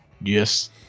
yes